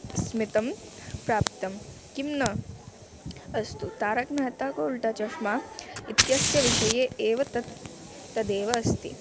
स्मितं प्राप्तं किं न अस्तु तारक् मेहता को उल्टा चष्मा इत्यस्य विषये एव तत् तदेव अस्ति